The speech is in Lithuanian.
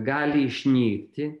gali išnykti